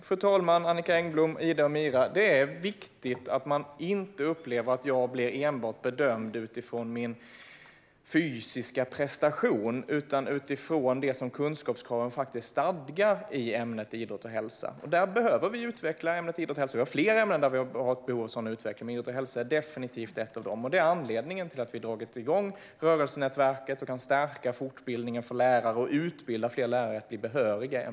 Fru talman! Ja, Annika Engblom, Ida och Mira, det är viktigt att man inte upplever att man blir bedömd enbart utifrån sin fysiska prestation utan utifrån det som kunskapskraven faktiskt stadgar i ämnet idrott och hälsa. Idrott och hälsa är definitivt ett av de ämnen där vi har behov av en sådan utveckling, och det är anledningen till att vi har dragit igång ett rörelsenätverk och vill stärka fortbildningen för lärare och utbilda fler lärare att bli behöriga i ämnet.